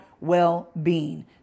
well-being